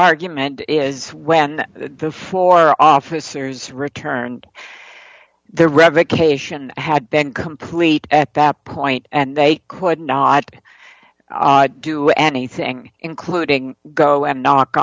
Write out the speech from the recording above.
argument is when the four officers returned the revocation had been complete at that point and they could not do anything including go and knock